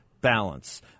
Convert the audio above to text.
Balance